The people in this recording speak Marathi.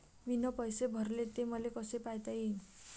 मीन पैसे भरले, ते मले कसे पायता येईन?